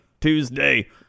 Tuesday